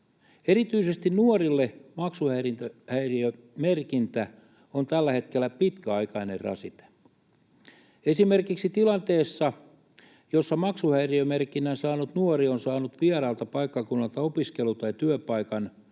Erityisesti nuorille maksuhäiriömerkintä on tällä hetkellä pitkäaikainen rasite. Esimerkiksi tilanteessa, jossa maksuhäiriömerkinnän saanut nuori on saanut vieraalta paikkakunnalta opiskelu- tai työpaikan,